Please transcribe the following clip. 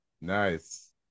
nice